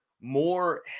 more